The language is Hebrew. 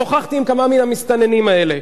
שוחחתי עם כמה מהמסתננים האלה.